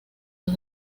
los